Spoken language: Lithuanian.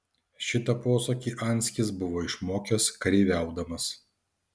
šitą posakį anskis buvo išmokęs kareiviaudamas